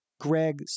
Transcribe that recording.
Greg